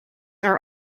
are